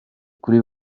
kuri